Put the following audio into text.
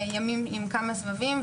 ימים עם כמה סבבים,